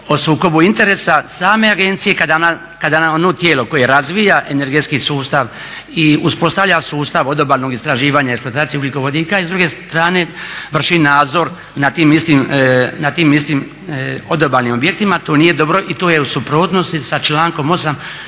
o sukobu interesa same agencije kada nam ono tijelo koje razvija energetski sustav i uspostavlja sustav odobalnog istraživanja eksploatacije ugljikovodika i s druge strane vrši nadzor nad tim istim odobalnim objektima. To nije dobro i to je u suprotnosti sa člankom